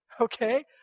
okay